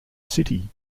city